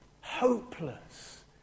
hopeless